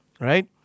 right